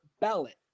ballot